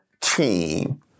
team